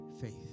faith